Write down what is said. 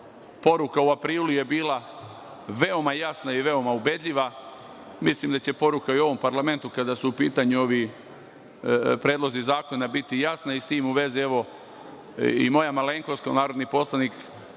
Poruka u aprilu je bila veoma jasna i ubedljiva. Mislim da će i poruka u ovom parlamentu kada su u pitanju i ovi predlozi zakona biti jasna i s tim u vezi evo i moja malenkost kao narodni poslanik